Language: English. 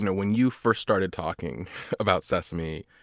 when you first started talking about sesame,